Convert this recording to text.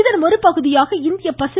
இதன் ஒருபகுதியாக இந்திய பசி